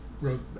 Wrote